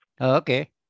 Okay